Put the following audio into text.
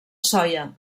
soia